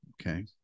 Okay